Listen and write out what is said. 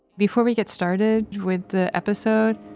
before we get started with the episode,